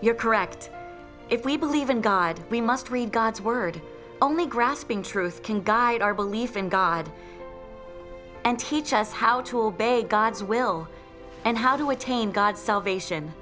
you're correct if we believe in god we must read god's word only grasping truth can guide our belief in god and teach us how to obey god's will and how to attain god's salvation